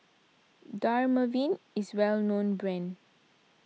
Dermaveen is well known brand